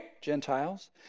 Gentiles